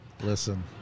Listen